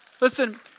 Listen